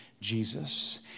Jesus